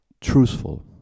truthful